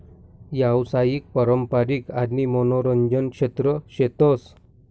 यावसायिक, पारंपारिक आणि मनोरंजन क्षेत्र शेतस